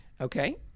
Okay